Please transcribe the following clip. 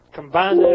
combine